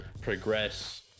progress